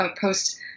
post